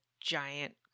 giant